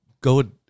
go